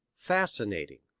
fascinating,